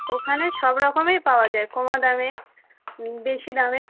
ওখানে সব রকমেই পাওয়া যায় কম দামের বেশি দামের